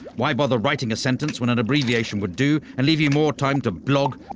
why bother writing a sentence when an abbreviation would do and leave you more time to blog,